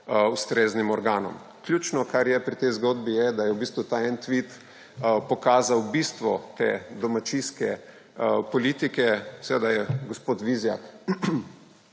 ustreznim organom. Ključno pri tej zgodi je, da je v bistvu ta en tvit pokazal bistvo te domačijske politike. Seveda je gospod Vizjak